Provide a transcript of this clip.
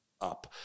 up